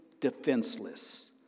defenseless